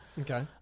Okay